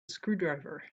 screwdriver